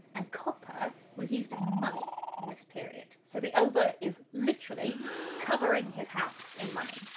and copper was used as money in this period, so the oba is literally covering his house in money!